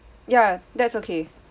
ya that's okay